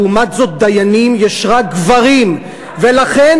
לעומת זאת, דיינים יש רק גברים, ולכן